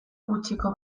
gutxiko